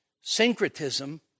syncretism